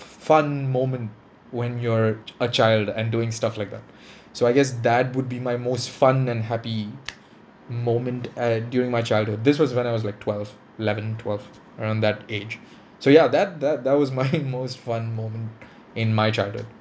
fun moment when you're ch~ a child and doing stuff like that so I guess that would be my most fun and happy moment uh during my childhood this was when I was like twelve eleven twelve around that age so ya that that that was my most fun moment in my childhood